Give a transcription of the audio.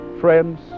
Friends